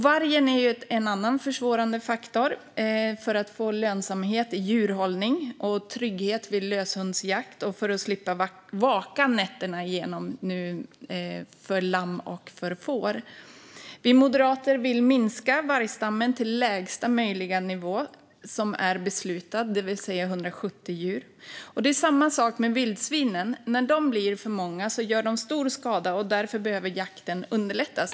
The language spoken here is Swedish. Vargen är en annan försvårande faktor för att få lönsamhet i djurhållning och trygghet vid löshundsjakt och för att slippa vaka nätterna igenom och vakta lamm och får. Vi moderater vill minska vargstammen till lägsta möjliga nivå som är beslutad, det vill säga 170 djur. Det är samma sak med vildsvinen: När de blir för många gör de stor skada, och därför behöver jakten underlättas.